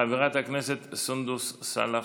מס' 1440. חברת הכנסת סונדוס סאלח,